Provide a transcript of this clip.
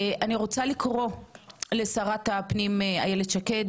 אני רוצה לקרוא לשרת הפנים איילת שקד